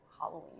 Halloween